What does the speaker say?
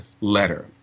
letter